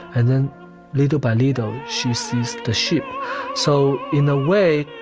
and then little by little, she sees the ship so in a way,